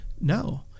No